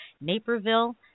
Naperville